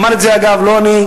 אמר את זה, אגב, לא אני: